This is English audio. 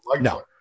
no